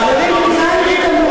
חברים, י"ז בתמוז.